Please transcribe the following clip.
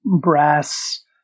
brass